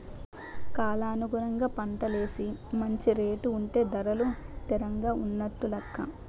కాలానుగుణంగా పంటలేసి మంచి రేటు ఉంటే ధరలు తిరంగా ఉన్నట్టు నెక్క